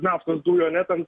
naftos dujų ane ten